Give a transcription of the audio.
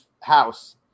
house